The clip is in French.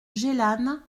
gélannes